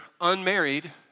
unmarried